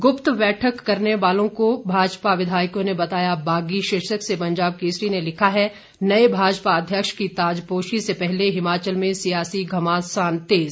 गुप्त बैठक करने वालों को भाजपा विधायकों ने बताया बागी शीर्षक से पंजाब केसरी ने लिखा है नए भाजपा अध्यक्ष की ताजपोशी से पहले हिमाचल में सियासी घमासान तेज